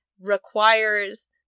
requires